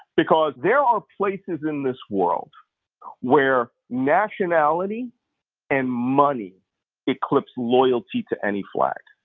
because there are places in this world where nationality and money eclipse loyalty to any flag.